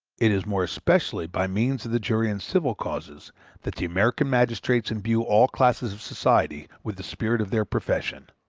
it is more especially by means of the jury in civil causes that the american magistrates imbue all classes of society with the spirit of their profession.